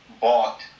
bought